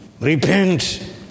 Repent